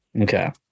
Okay